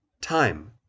Time